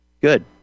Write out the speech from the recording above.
Good